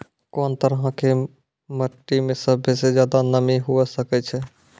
कोन तरहो के मट्टी मे सभ्भे से ज्यादे नमी हुये सकै छै?